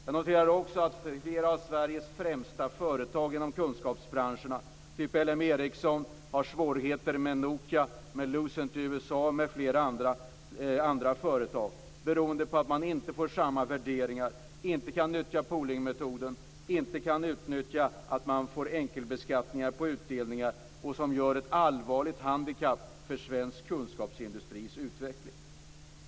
Jag noterar också att flera av Sveriges främsta företag inom kunskapsbranscherna - t.ex. LM Ericsson - har svårigheter med Nokia och Lucent m.fl. andra företag beroende på att man inte får samma värderingar, inte kan utnyttja poolingmetoden, inte kan utnyttja enkelbeskattning på utdelningar, vilket utgör ett allvarligt handikapp för svensk kunskapsindustris utveckling.